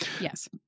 Yes